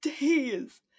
Days